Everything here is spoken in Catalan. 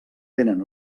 tenen